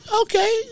Okay